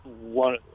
one